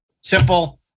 Simple